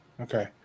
Okay